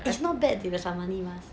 it's not bad the somali [one]